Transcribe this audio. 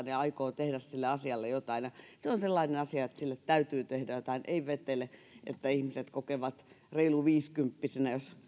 ja aikoo tehdä sille asialle jotain se on sellainen asia että sille täytyy tehdä jotain ei vetele että ihmiset kokevat reilu viisikymppisinä